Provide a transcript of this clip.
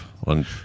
Und